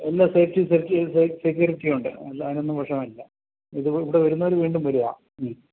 എല്ലാ safety security ഉണ്ട് അതിനൊന്നും വിഷമമില്ല ഇത് ഇവിടെ വരുന്നവർ വീണ്ടും വരിക